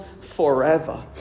forever